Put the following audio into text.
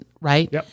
right